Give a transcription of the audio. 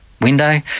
window